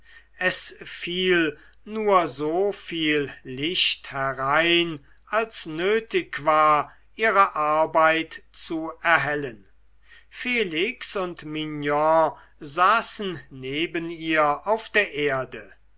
es fiel nur so viel licht herein als nötig war ihre arbeit zu erhellen felix und mignon saßen neben ihr auf der erde